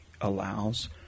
allows